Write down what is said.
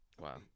Wow